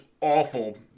awful